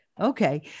okay